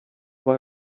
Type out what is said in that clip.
boy